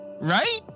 Right